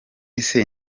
ese